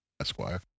Esquire